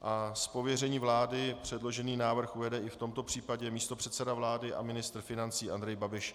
Z pověření vlády předložený návrh uvede i v tomto případě místopředseda vlády a ministr financí, Andrej Babiš.